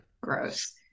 gross